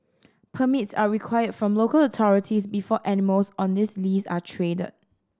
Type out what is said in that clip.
permits are required from local authorities before animals on this list are traded